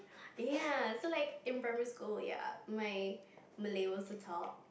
ya so like in primary school ya my Malay was the top